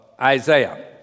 Isaiah